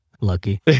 Lucky